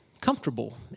comfortable